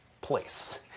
place